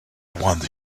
want